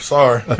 Sorry